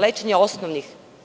lečenje osnovnih